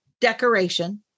decoration